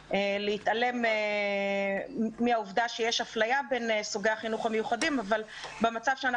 להתעלם מהעובדה שיש אפליה בין סוגי החינוך המיוחדים אבל במצב בוא אנחנו